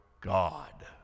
God